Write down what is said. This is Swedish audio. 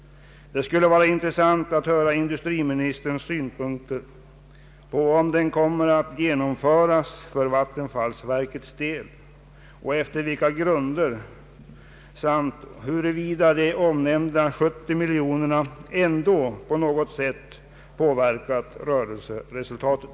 Det skulle vara intressant att höra industriministerns synpunkter på om dess förslag kommer att genomföras för vattenfallsverkets del och efter vilka grunder samt huruvida omnämnda 70 miljoner kronor ändå på något sätt påverkat rörelseresultatet.